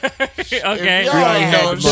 Okay